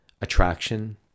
Attraction